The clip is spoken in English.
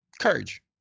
courage